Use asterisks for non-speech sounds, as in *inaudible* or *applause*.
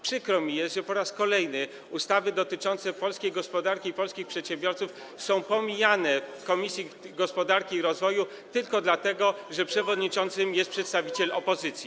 Przykro mi jest, że po raz kolejny ustawy dotyczące polskiej gospodarki i polskich przedsiębiorców są pomijane w Komisji Gospodarki i Rozwoju tylko dlatego, że przewodniczącym *noise* jest przedstawiciel opozycji.